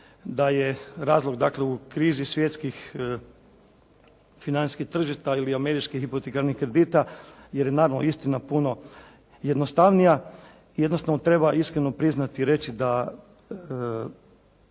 da je razlog dakle u krizi svjetskih financijskih tržišta ili američkih hipotekarnih kredita, jer naravno istina puno jednostavnija, jednostavno treba iskreno priznati i reći da